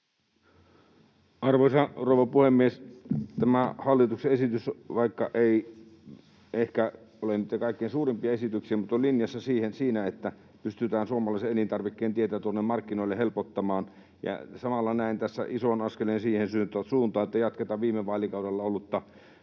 Arvoisa rouva puhemies! Vaikka tämä hallituksen esitys ei ehkä ole niitä kaikkein suurimpia esityksiä, se on linjassa siinä, että pystytään suomalaisen elintarvikkeen tietä tuonne markkinoille helpottamaan. Ja samalla näen tässä ison askeleen siihen suuntaan, että jatketaan viime vaalikaudella ollutta